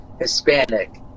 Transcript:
Hispanic